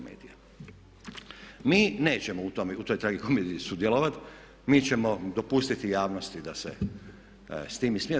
Mi nećemo u toj tragikomediji sudjelovati, mi ćemo dopustiti javnosti da se s tim ismijava.